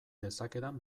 dezakedan